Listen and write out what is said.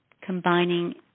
combining